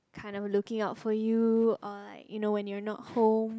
kind of looking out for you or like you know when you're not home